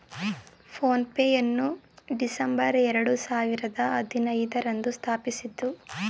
phone pay ಯನ್ನು December ಎರಡು ಸಾವಿರದ ಹದಿನೈದು ರಂದು ಸ್ಥಾಪಿಸಿದ್ದ್ರು